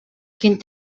quin